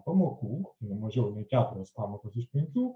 pamokų ne mažiau nei keturias pamokas iš penkių